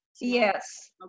Yes